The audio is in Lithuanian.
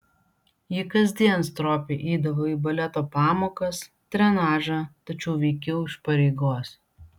ji kasdien stropiai eidavo į baleto pamokas trenažą tačiau veikiau iš pareigos